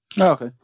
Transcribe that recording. Okay